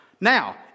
Now